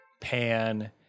Pan